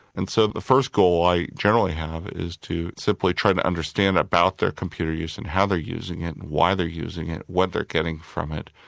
and so the first goal i generally have is to simply try to understand about their computer use and how they're using it and why they're using it, what they're getting from it,